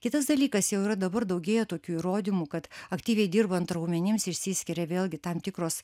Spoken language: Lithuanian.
kitas dalykas jau yra dabar daugėja tokių įrodymų kad aktyviai dirbant raumenims išsiskiria vėlgi tam tikros